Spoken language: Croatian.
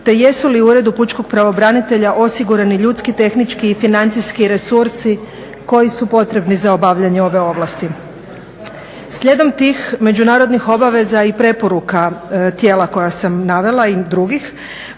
te jesu li u uredu Pučkog pravobranitelja osigurani ljudski, tehnički i financijski resursi koji su potrebni za obavljanje ove ovlasti. Slijedom tih međunarodnih obaveza i preporuka tijela koja sam navela i drugih